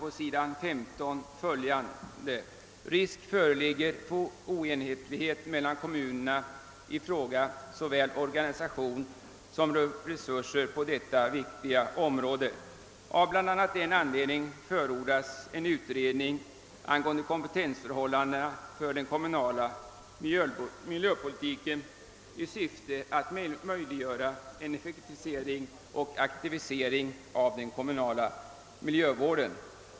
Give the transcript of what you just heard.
På s. 15 i utlåtandet heter det: »Risk föreligger för oenhetlighet mellan kommunerna i fråga om såväl organisation som resurser på detta viktiga område.» Bland annat av denna anledning förordas en utredning angående kompetens förhållandena för den kommunala miljöpolitiken i syfte att möjliggöra en effektivisering och aktivisering av den kommunala miljövården.